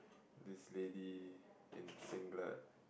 this lady in singlet